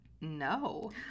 No